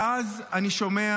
ואז אני שומע